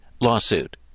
lawsuit